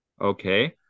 Okay